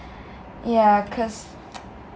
yah because